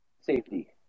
safety